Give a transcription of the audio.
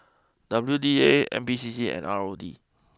W D A N P C C and R O D